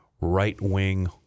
right-wing